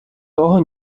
того